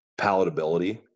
palatability